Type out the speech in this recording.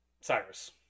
cyrus